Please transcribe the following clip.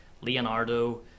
Leonardo